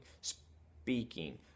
speaking